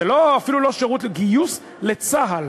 זה אפילו לא שירות, גיוס לצה"ל,